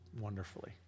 wonderfully